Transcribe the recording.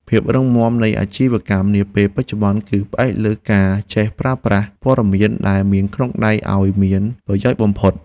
ភាពរឹងមាំនៃអាជីវកម្មនាពេលបច្ចុប្បន្ន គឺផ្អែកលើការចេះប្រើប្រាស់ព័ត៌មានដែលមានក្នុងដៃឱ្យមានប្រយោជន៍បំផុត។